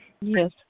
Yes